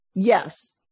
Yes